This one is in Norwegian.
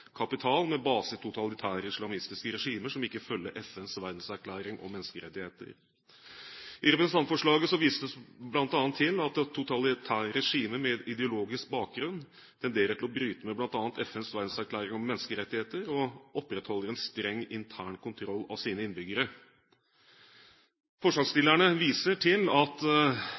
kapital med base i totalitære, islamistiske regimer som ikke følger FNs verdenserklæring om menneskerettigheter. I representantforslaget vises det bl.a. til at totalitære regimer med ideologisk bakgrunn tenderer til å bryte med bl.a. FNs verdenserklæring om menneskerettigheter og opprettholder en streng intern kontroll av sine innbyggere. Forslagsstillerne viser til at